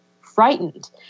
frightened